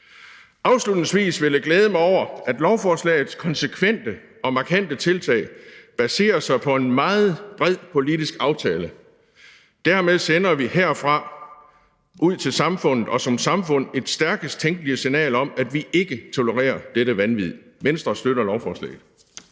Afslutningsvis vil jeg glæde mig over, at lovforslagets konsekvente og markante tiltag baserer sig på en meget bred politisk aftale. Dermed sender vi herfra til samfundet det stærkest tænkelige signal om, at vi ikke tolererer dette vanvid. Venstre støtter lovforslaget.